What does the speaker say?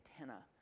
antenna